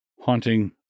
haunting